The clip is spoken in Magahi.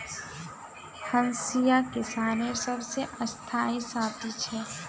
हंसिया किसानेर सबसे स्थाई साथी छे